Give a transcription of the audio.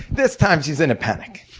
this time she's in a panic.